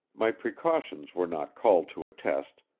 my precautions were not called to a test,